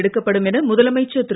எடுக்கப்படும் என முதலமைச்சர் திரு